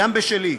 גם בשלי.